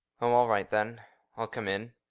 oh, all right then i'll come in.